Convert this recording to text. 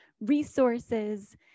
resources